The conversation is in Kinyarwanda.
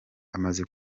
amaze